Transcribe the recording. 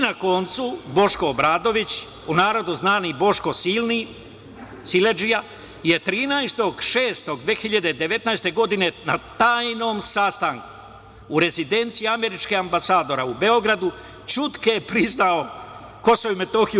Na kraju, Boško Obradović, u narodu znani Boško silni, siledžija, je 13. juna 2019. godine na tajnom sastanku u rezidenciji američkog ambasadora u Beogradu ćutke priznao Kosovo i Metohiju.